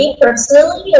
personally